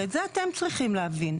ואת זה אתם צריכים להבין.